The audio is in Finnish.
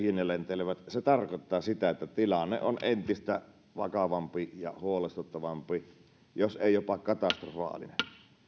lentelevät se tarkoittaa sitä että tilanne on entistä vakavampi ja huolestuttavampi jos ei jopa katastrofaalinen